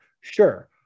Sure